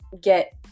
get